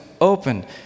open